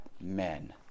men